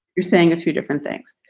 you're saying a few different things.